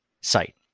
site